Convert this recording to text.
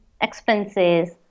expenses